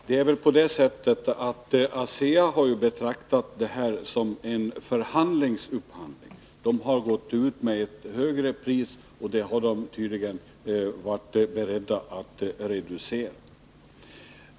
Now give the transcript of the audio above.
Fru talman! Det är väl på det sättet att ASEA har betraktat det här som en förhandlingsupphandling. Man har gått ut med ett högre pris, och det har man tydligen varit beredd att reducera.